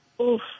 Oof